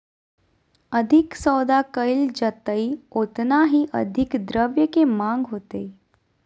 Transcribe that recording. अधिक सौदा कइल जयतय ओतना ही अधिक द्रव्य के माँग होतय